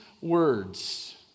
words